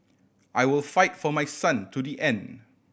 I will fight for my son to the end